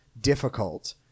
difficult